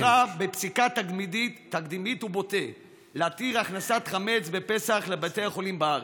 והורה בפסיקה תקדימית ובוטה להתיר הכנסת חמץ בפסח לבתי החולים בארץ.